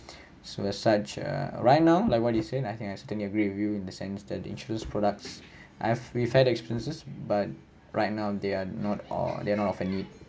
so as such uh right now like what you say I think I certainly agree with you in the sense that insurance products I've but right now they're not o~ they're not of any